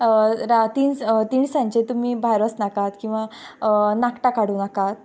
राती तिळसांजचे तुमी भायर वसनाकात किंवां नाकटां काडूं नाकात